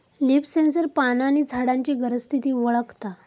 leaf sensor पाना आणि झाडांची गरज, स्थिती वळखता